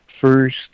first